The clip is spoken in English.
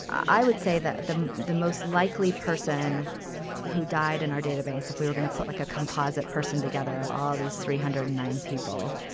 i would say that the the most likely person who died in our database, if we were gonna put like a composite person together of all these three hundred and nine people,